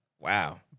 Wow